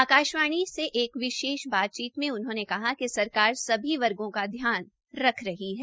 आकाशवाणी से एक विशेष बातचीत में उन्होंने कहा कि सरकार सभी वर्गों का ध्यान रख रही है